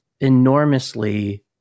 enormously